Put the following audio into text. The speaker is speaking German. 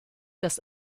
das